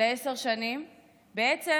בעצם,